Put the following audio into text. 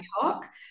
talk